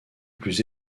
plus